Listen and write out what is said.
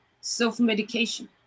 self-medication